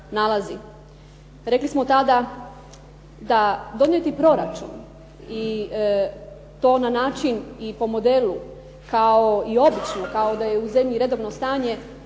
Rekli smo tada da donijeti proračun i to na način i po modelu kao i obično, kao da je u zemlji redovno stanje